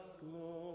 glory